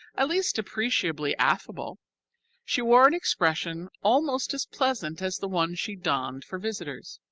at least appreciably affable she wore an expression almost as pleasant as the one she donned for visitors.